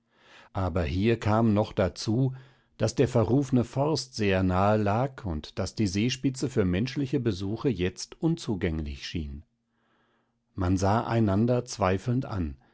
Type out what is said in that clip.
aber hier kam noch dazu daß der verrufne forst sehr nahe lag und daß die seespitze für menschliche besuche jetzt unzugänglich schien man sah einander zweifelnd an